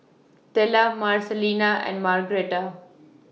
Tella Marcelina and Margretta